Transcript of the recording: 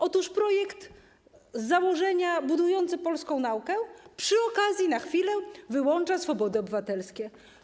Otóż projekt z założenia budujący polską naukę, przy okazji, na chwilę, wyłącza swobody obywatelskie.